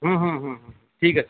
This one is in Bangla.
হুম হুম হুম হুম ঠিক আছে